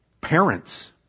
parents